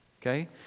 Okay